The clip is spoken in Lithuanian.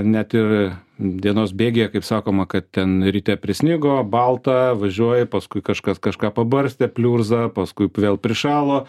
net ir dienos bėgyje kaip sakoma kad ten ryte prisnigo balta važiuoji paskui kažkas kažką pabarstė pliurza paskui vėl prišalo